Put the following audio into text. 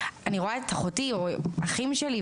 רואה את האחים שלי,